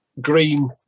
green